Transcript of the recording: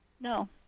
no